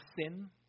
sin